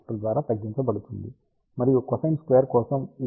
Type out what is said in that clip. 81 factor ద్వారా తగ్గించబడుతుంది మరియు కొసైన్ స్క్వేర్ కోసం ఇది 0